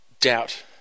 doubt